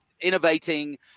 innovating